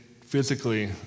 physically